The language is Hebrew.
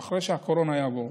אחרי שהקורונה תעבור,